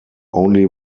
only